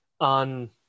on